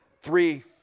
three